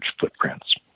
footprints